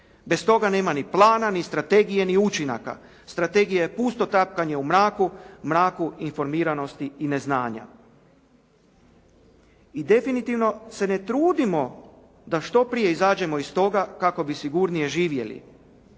Bez toga nema ni plana, ni strategije, ni učinaka. Strategija je pusto tapkanje u mraku, mraku informiranosti i neznanja. I definitivno se ne trudimo da što prije izađemo iz toga kako bi sigurnije živjeli.